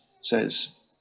says